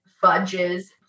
Fudge's